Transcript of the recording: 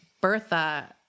Bertha